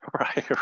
Right